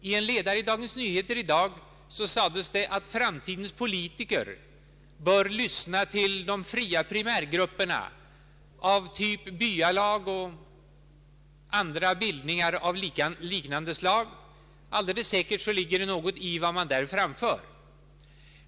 I en ledare i Dagens Nyheter i dag sägs det att framtidens politiker bör lyssna till de fria primärgrupperna av typ byalag och andra bildningar av liknande slag. Alldeles säkert ligger det något i vad man där framför.